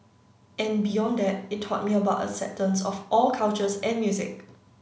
and beyond that it taught me about acceptance of all cultures and music